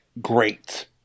great